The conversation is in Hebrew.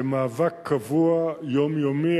זה מאבק קבוע, יומיומי.